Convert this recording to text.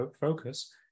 focus